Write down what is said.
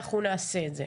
אנחנו נעשה את זה.